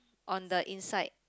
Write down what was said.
on the inside